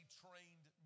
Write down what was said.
trained